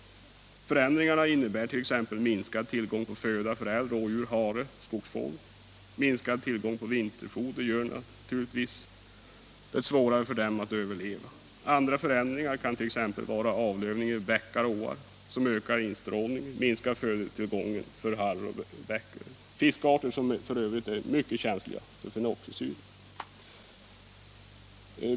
Förändringarna innebär t.ex. minskad tillgång på föda för älg, rådjur, hare och skogsfågel. Minskad tillgång på vinterfoder gör det naturligtvis svårare för dem att överleva. Andra förändringar kan t.ex. vara avlövningen vid bäckar och åar, som ökar instrålningen och minskar födotillgången för harr och bäcköring — fiskarter som f.ö. är mycket känsliga för fenoxisyror.